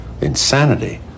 Insanity